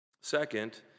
Second